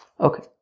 Okay